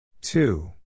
Two